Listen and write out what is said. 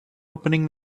opening